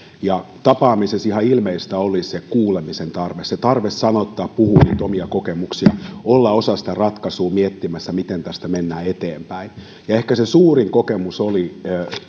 tapaamisessa ihan ilmeistä oli se kuulemisen tarve se tarve sanoa sanoittaa puhua omista kokemuksista olla osana miettimässä sitä ratkaisua miten tästä mennään eteenpäin ja ehkä se suurin kokemus oli